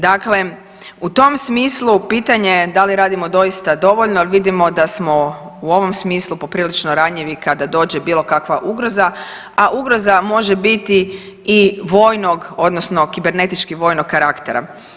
Dakle, u tom smislu pitanje je da li radimo doista dovoljno jer vidimo da smo u ovom smislu poprilično ranjivi kada dođe bilo kakva ugroza, a ugroza može biti i vojnog odnosno kibernetički vojnog karaktera.